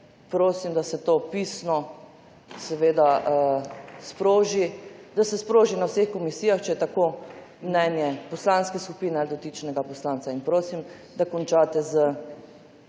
prosim, da se to pisno sproži, da se sproži na vseh komisijah, če je takšno mnenje poslanske skupine ali dotičnega poslanca. Prosim, da končate s